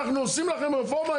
אנחנו עושים לכם רפורמה,